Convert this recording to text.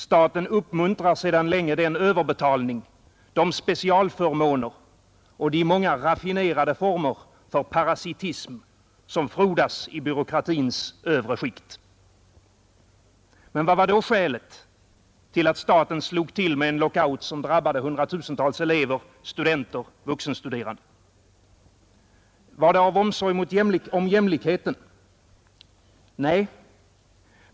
Staten uppmuntrar sedan länge den överbetalning, de specialförmåner och de många raffinerade former för parasitism som frodas i byråkratins övre skikt. Men vad var då skälet till att staten slog till med en lockout som drabbade hundratusentals elever, studenter, vuxenstuderande? Var det omsorg om jämlikheten? Nej.